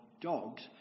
dogs